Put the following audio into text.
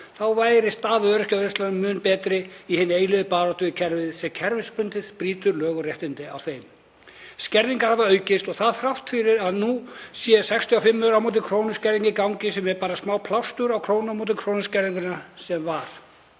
þá væri staða öryrkja á Íslandi mun betri í hinni eilífu baráttu við kerfið sem kerfisbundið brýtur lög og réttindi á þeim. Skerðingar hafa aukist og það þrátt fyrir að nú sé 65 aurar á móti krónu skerðing í gangi, sem er bara smáplástur á krónu á móti krónu skerðinguna sem var.